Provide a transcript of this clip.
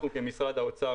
אנחנו במשרד האוצר,